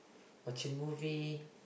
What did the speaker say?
watching movie